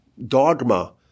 Dogma